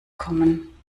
kommen